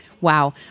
Wow